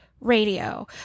radio